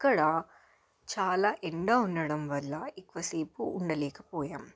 అక్కడ చాలా ఎండ ఉండడం వల్ల ఎక్కువ సేపు ఉండలేకపోయాం